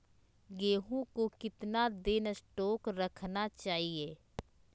गेंहू को कितना दिन स्टोक रखना चाइए?